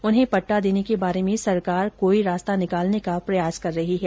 उन्हें पट्टा देने के बारे में सरकार कोई रास्ता निकालने का प्रयास कर रही है